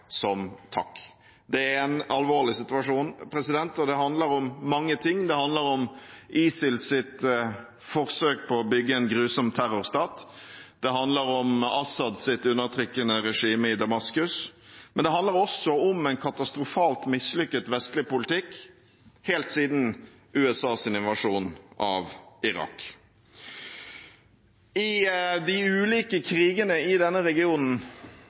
som takk. Det er en alvorlig situasjon, og det handler om mange ting. Det handler om ISILs forsøk på å bygge en grusom terrorstat. Det handler om Assads undertrykkende regime i Damaskus. Men det handler også om en katastrofalt mislykket vestlig politikk, helt siden USAs invasjon av Irak. I de ulike krigene i denne regionen,